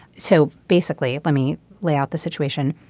so basically let me lay out the situation.